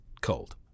cold